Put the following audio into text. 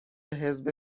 حزب